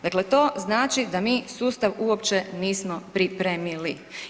Dakle, to znači da mi sustav uopće nismo pripremili.